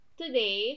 today